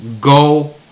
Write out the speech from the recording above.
go